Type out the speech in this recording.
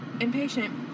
Impatient